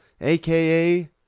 aka